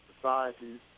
societies